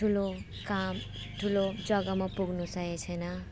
ठुलो काम ठुलो जग्गामा पुग्नु सकेको छैन